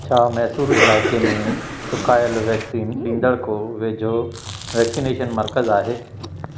छा मैसूर इलाइक़े में चुकायल वैक्सीन ॾींदड़ को वेझो वैक्सीनेशन मर्कज़ु आहे